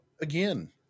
again